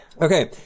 Okay